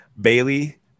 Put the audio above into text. Bailey